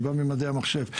אני בא ממדעי המחשב,